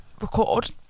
record